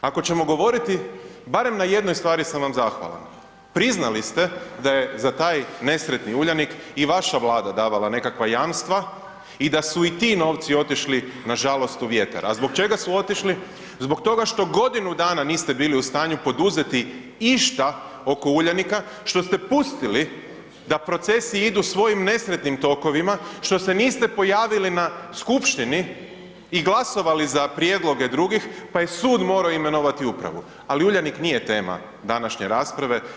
Ako ćemo govoriti, barem na jednoj stvari sam vam zahvalan, priznali ste da je za taj nesretni Uljanik i vaša Vlada davala nekakva jamstva i da su i ti novci otišli nažalost u vjetar, a zbog čega su otišli, zbog toga što godinu dana niste bili u stanju poduzeti išta oko Uljanika, što ste pustili da procesi idu svojim nesretnim tokovima, što se niste pojavili na skupštini i glasovali za prijedloge drugih pa je sud morao imenovati upravu, ali Uljanik nije tema današnje rasprave.